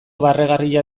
barregarria